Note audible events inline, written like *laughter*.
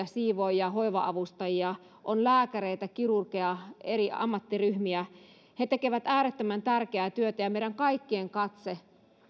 *unintelligible* siivoojia hoiva avustajia on lääkäreitä kirurgeja eri ammattiryhmiä he tekevät äärettömän tärkeää työtä ja meidän kaikkien katse